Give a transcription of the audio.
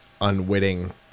unwitting